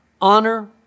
Honor